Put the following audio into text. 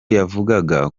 yavugaga